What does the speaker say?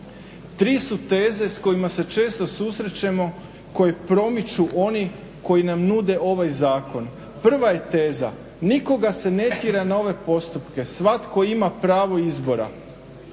Tri su teze s kojima se često susrećemo koji promiču oni koji nam nude ovaj zakon. Prva je teza nikoga se ne tjera na ove postupke, svatko ima pravo izbora.